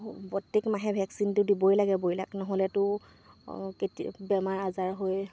প্ৰত্যেক মাহে ভেকচিনটো দিবই লাগে ব্ৰয়লাক নহ'লেতো কেতিয়া বেমাৰ আজাৰ হৈ